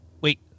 wait